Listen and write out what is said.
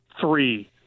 three